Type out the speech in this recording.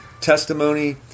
Testimony